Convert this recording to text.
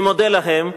אני מודה להם.